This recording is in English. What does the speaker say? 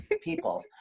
people